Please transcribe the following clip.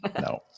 no